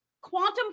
Quantum